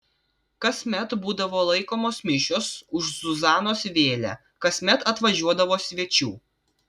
kasmet būdavo laikomos mišios už zuzanos vėlę kasmet atvažiuodavo svečių